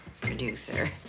Producer